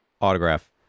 autograph